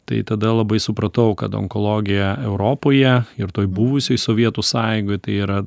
tai tada labai supratau kad onkologija europoje ir toj buvusioj sovietų sąjungoj tai yra